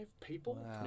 people